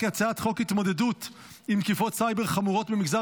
חוק התמודדות עם תקיפות סייבר חמורות במגזר